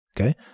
Okay